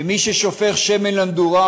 ומי ששופך שמן למדורה,